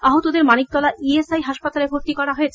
আহকদের Maniktala ESI হাসপাতালে ভর্তি করা হয়েছে